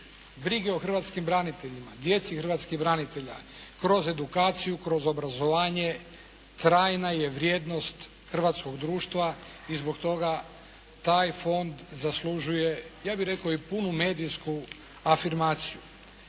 brige o hrvatskim braniteljima, djeci hrvatskih branitelja kroz edukaciju, kroz obrazovanje trajna je vrijednost hrvatskog društva i zbog toga taj fond zaslužuje ja bih rekao i punu medijsku afirmaciju.